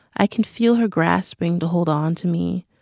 i can feel her grasping to hold on to me,